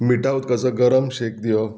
मिठाउदकाचो गरम शेक दिवप